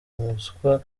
umuswa